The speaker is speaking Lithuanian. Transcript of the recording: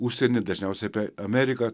užsieny dažniausiai apie ameriką